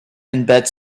embed